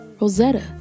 Rosetta